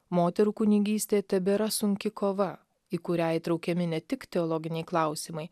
moterų kunigystė tebėra sunki kova į kurią įtraukiami ne tik teologiniai klausimai